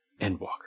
Endwalker